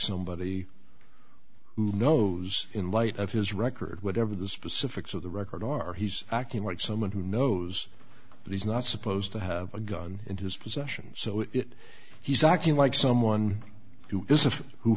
somebody who knows in light of his record whatever the specifics of the record are he's acting like someone who knows that he's not supposed to have a gun in his possession so is it he's acting like someone who